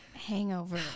Hangover